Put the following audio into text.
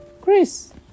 Chris